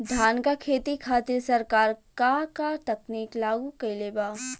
धान क खेती खातिर सरकार का का तकनीक लागू कईले बा?